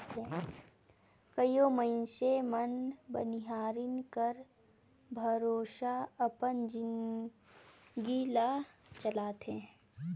कइयो मइनसे मन बनिहारी कर भरोसा अपन जिनगी ल चलाथें